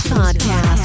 Podcast